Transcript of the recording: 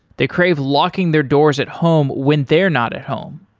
they crave locking their doors at home when they're not at home.